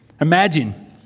Imagine